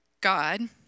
God